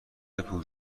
پول